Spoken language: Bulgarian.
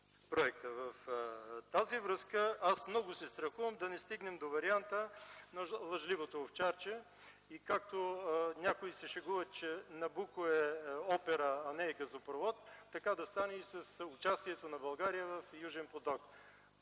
проекта. В тази връзка аз много се страхувам да не стигнем до варианта на лъжливото овчарче и както някои се шегуват, че „Набуко” е опера, а не е газопровод, така да стане и с участието на България в „Южен поток”.